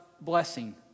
blessing